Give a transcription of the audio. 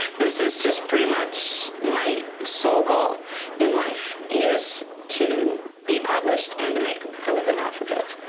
this is just pretty much my sole goal in life is to be published and to make a living off of it.